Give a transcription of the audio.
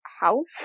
house